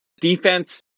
defense